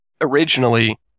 originally